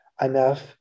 enough